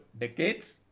decades